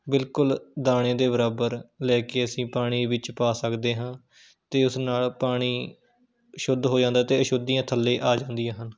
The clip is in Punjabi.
ਬਿਲਕੁਲ ਦਾਣੇ ਦੇ ਬਰਾਬਰ ਲੈ ਕੇ ਅਸੀਂ ਪਾਣੀ ਵਿੱਚ ਪਾ ਸਕਦੇ ਹਾਂ ਅਤੇ ਉਸ ਨਾਲ ਪਾਣੀ ਸ਼ੁੱਧ ਹੋ ਜਾਂਦਾ ਅਤੇ ਅਸ਼ੁੱਧੀਆਂ ਥੱਲੇ ਆ ਜਾਂਦੀਆਂ ਹਨ